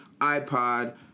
iPod